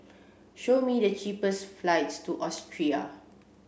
show me the cheapest flights to Austria